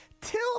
till